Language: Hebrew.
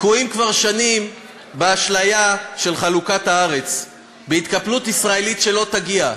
תקועים כבר שנים באשליה של חלוקת הארץ בהתקפלות ישראלית שלא תגיע.